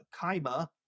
Kaima